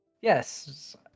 Yes